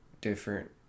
different